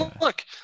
look